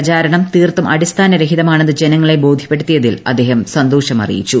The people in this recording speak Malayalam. പ്രചരണം തീർത്തും അടിസ്ഥാന രഹിതമാണെന്ന് ജനങ്ങളെ ബോധ്യപ്പെടുത്തിയതിൽ അദ്ദേഹം സന്തോഷം അറിയിച്ചു